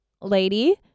lady